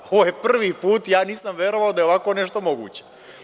Ovo je prvi put, ja nisam verovao da je ovako nešto moguće.